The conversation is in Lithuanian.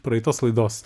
praeitos laidos